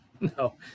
No